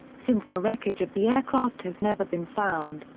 since the wreckage of the aircraft has never been found,